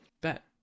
bet